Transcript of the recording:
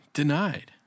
denied